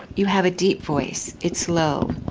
you have a deep voice. it's low.